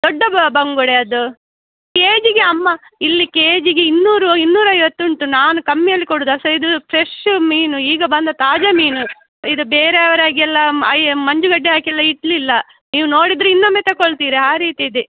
ದೊಡ್ಡ ಬಂಗುಡೆ ಅದು ಕೆ ಜಿಗೆ ಅಮ್ಮ ಇಲ್ಲಿ ಕೆ ಜಿಗೆ ಇನ್ನೂರು ಇನ್ನೂರೈವತ್ತು ಉಂಟು ನಾನು ಕಮ್ಮಿಯಲ್ಲಿ ಕೊಡೋದು ಆ ಸೈಜ್ ಫ್ರೆಶು ಮೀನು ಈಗ ಬಂದ ತಾಜಾ ಮೀನು ಈಗ ಬೇರೆಯವರ ಹಾಗೆಲ್ಲ ಐ ಮಂಜುಗಡ್ಡೆ ಹಾಕೆಲ್ಲ ಇಡಲಿಲ್ಲ ನೀವು ನೋಡಿದರೆ ಇನ್ನೊಮ್ಮೆ ತಗೊಳ್ತೀರ ಆ ರೀತಿ ಇದೆ